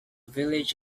village